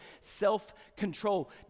self-control